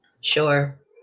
Sure